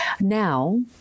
Now